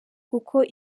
kuko